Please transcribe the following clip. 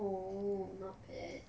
oh not bad